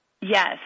Yes